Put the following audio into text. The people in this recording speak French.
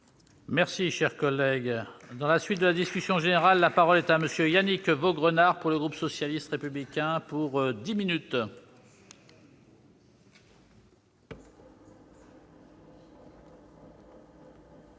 Merci, cher collègue, dans la suite de la discussion générale, la parole est à monsieur Yannick Vaugrenard, pour le groupe socialiste républicain pour 10 minutes.